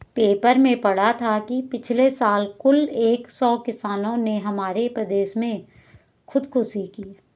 paper में पढ़ा था कि पिछले साल कुल एक सौ किसानों ने हमारे प्रदेश में खुदकुशी की